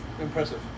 impressive